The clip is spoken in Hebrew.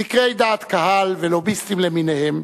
סקרי דעת קהל ולוביסטים למיניהם,